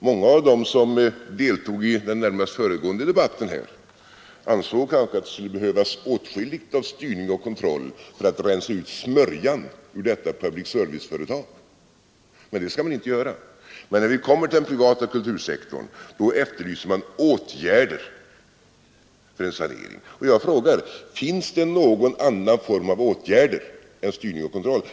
Många av dem som deltog i den närmast föregående debatten här ansåg kanske att det skulle behövas åtskilligt av styrning och kontroll för att rensa ut smörjan ur detta public-service-företag. — Men det skall man inte göra. Men när vi kommer till den privata kultursektorn, då efterlyser man åtgärder för en sanering. Jag frågar: Finns det någon annan form av åtgärder än styrning och kontroll?